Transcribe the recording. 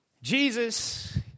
Jesus